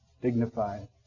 dignified